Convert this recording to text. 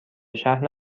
شهر